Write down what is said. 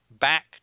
back